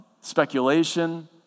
speculation